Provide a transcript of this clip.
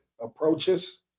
approaches